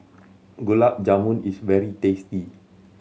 Gulab Jamun is very tasty